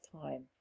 time